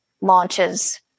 launches